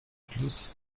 fluss